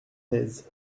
aise